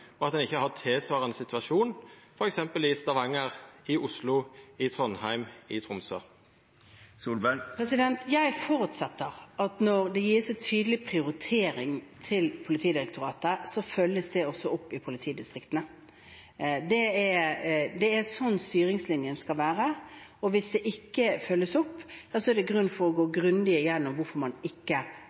og at ein ikkje har tilsvarande situasjon f.eks. i Stavanger, Oslo, Trondheim eller i Tromsø. Jeg forutsetter at når det gis en tydelig prioritering til Politidirektoratet, følges det opp i politidistriktene. Det er sånn styringslinjen skal være, og hvis det ikke følges opp, er det grunn til å gå grundig gjennom hvorfor man ikke